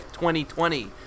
2020